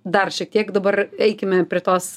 dar šiek tiek dabar eikime prie tos